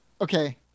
okay